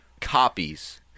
copies